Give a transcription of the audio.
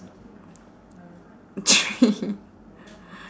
three